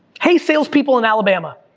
hey, salespeople in alabama,